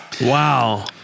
Wow